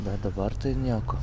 bet dabar tai nieko